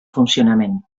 funcionament